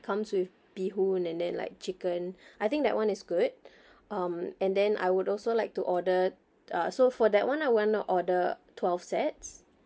comes with bee hoon and then like chicken I think that one is good um and then I would also like to order uh so for that one I want to order twelve sets